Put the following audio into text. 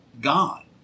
God